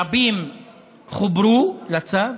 רבים חוברו לפי הצו